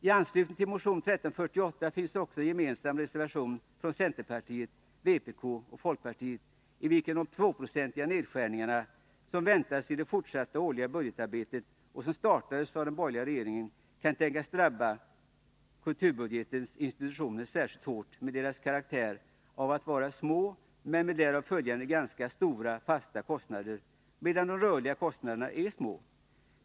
I anslutning till motion 1348 finns också en gemensam reservation från centerpartiet, vänsterpartiet kommunisterna och folkpartiet, i vilken det sägs att de 2-procentiga nedskärningar som väntas i det fortsatta årliga budgetarbetet och som startades av den borgerliga regeringen kan tänkas drabba kulturbudgetens institutioner särskilt hårt med deras karaktär av att vara små men med därav följande ganska stora fasta kostnader, medan de rörliga kostnaderna är små.